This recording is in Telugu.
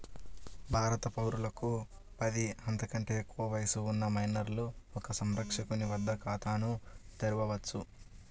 భారత పౌరులకు పది, అంతకంటే ఎక్కువ వయస్సు ఉన్న మైనర్లు ఒక సంరక్షకుని వద్ద ఖాతాను తెరవవచ్చు